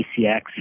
ACX